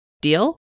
Deal